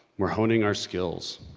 we're honing our skills,